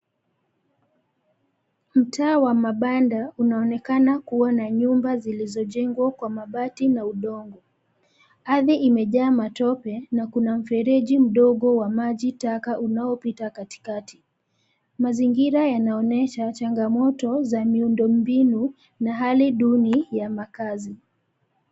Mtaa wa mabanda unaonekana kuwa na nyumba zilizojengwa kwa mabati na udongo. Ardhi imejaa matope na kuna mfereji mdogo wa maji taka unaopita katikati. Mazingira yanaonyesha changamoto za miundo mbinu, na hali duni ya makazi.